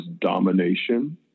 domination